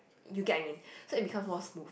you get I mean so it becomes more smooth